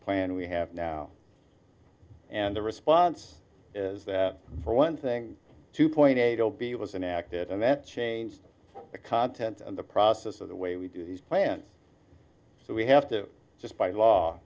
plan we have now and the response is that for one thing two point eight zero b was enacted and that changed the content and the process of the way we do these plans so we have to just by law